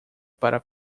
para